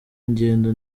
ingendo